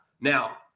now